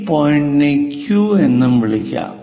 ഈ പോയിന്റിനെ Q എന്ന് വിളിക്കാം